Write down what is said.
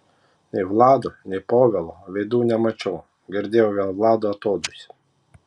nei vlado nei povilo veidų nemačiau girdėjau vien vlado atodūsį